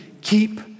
Keep